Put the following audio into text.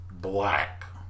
black